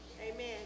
Amen